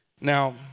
Now